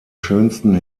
schönsten